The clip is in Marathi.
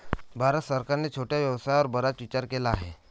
भारत सरकारने छोट्या व्यवसायावर बराच विचार केला आहे